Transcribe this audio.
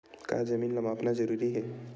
का जमीन ला मापना जरूरी हे?